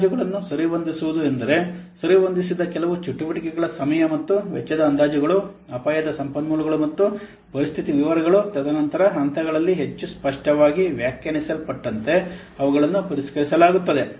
ಆದ್ದರಿಂದ ಅಂದಾಜುಗಳನ್ನು ಸರಿಹೊಂದಿಸುವುದು ಎಂದರೆ ಸರಿಹೊಂದಿಸಿದ ಕೆಲವು ಚಟುವಟಿಕೆಗಳ ಸಮಯ ಮತ್ತು ವೆಚ್ಚದ ಅಂದಾಜುಗಳು ಅಪಾಯದ ಸಂಪನ್ಮೂಲಗಳು ಮತ್ತು ಪರಿಸ್ಥಿತಿ ವಿವರಗಳು ನಂತರದ ಹಂತಗಳಲ್ಲಿ ಹೆಚ್ಚು ಸ್ಪಷ್ಟವಾಗಿ ವ್ಯಾಖ್ಯಾನಿಸಲ್ಪಟ್ಟಂತೆ ಅವುಗಳನ್ನು ಪರಿಷ್ಕರಿಸಲಾಗುತ್ತದೆ